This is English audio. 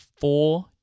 four